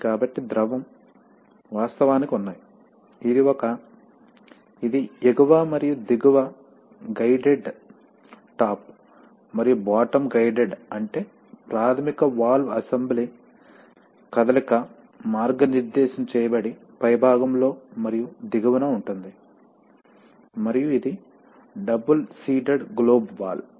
కాబట్టి ద్రవం వాస్తవానికి ఉన్నాయి ఇది ఒక ఇది ఎగువ మరియు దిగువ గైడెడ్ టాప్ మరియు బాటమ్ గైడెడ్ అంటే ప్రాథమిక వాల్వ్ అసెంబ్లీ కదలిక మార్గనిర్దేశం చేయబడి పైభాగంలో మరియు దిగువన ఉంటుంది మరియు ఇది డబుల్ సీటెడ్ గ్లోబ్ వాల్వ్